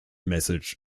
message